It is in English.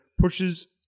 pushes